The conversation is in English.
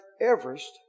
Everest